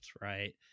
right